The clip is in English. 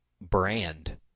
brand